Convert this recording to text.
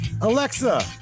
Alexa